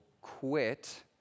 quit